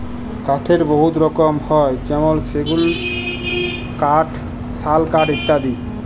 কাঠের বহুত রকম হ্যয় যেমল সেগুল কাঠ, শাল কাঠ ইত্যাদি